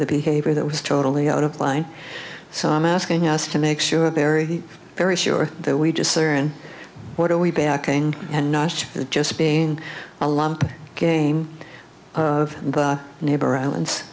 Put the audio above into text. the behavior that was totally out of line so i'm asking us to make sure they're very sure that we just syrian what are we backing and not just being a love game of the neighbor islands